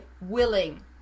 willing